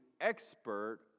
expert